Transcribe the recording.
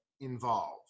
involved